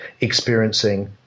experiencing